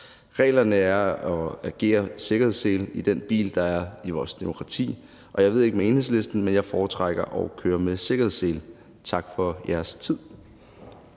Reglerne er der, så de agerer sikkerhedssele i den bil, der er vores demokrati. Og jeg ved ikke med Enhedslisten, men jeg foretrækker at køre med sikkerhedssele. Tak for jeres tid.